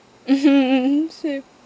mmhmm mm so